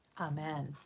Amen